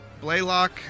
Blaylock